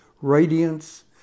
radiance